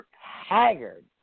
haggard